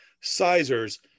sizers